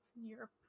Europe